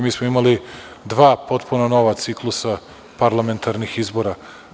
Mi smo imali dva potpuno nova ciklusa parlamentarnih izbora.